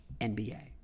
NBA